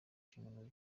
inshingano